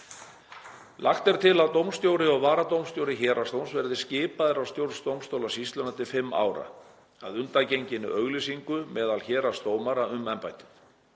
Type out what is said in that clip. Lagt er til að dómstjóri og varadómstjóri Héraðsdóms verði skipaðir af stjórn dómstólasýslunnar til 5 ára, að undangenginni auglýsingu meðal héraðsdómara um embættið.